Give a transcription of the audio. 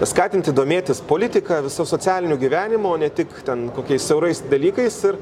skatinti domėtis politika visa socialiniu gyvenimu o ne tik ten kokiais siaurais dalykais ir